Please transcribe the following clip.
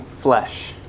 flesh